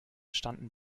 standen